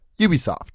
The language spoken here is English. Ubisoft